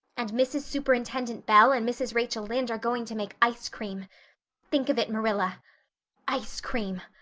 and mrs. superintendent bell and mrs. rachel lynde are going to make ice cream think of it, marilla ice cream!